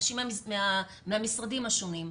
אנשים מהמשרדים השונים.